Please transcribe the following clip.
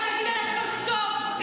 דווקא אני אגיד עלייך משהו טוב.